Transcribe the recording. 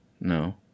no